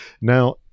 Now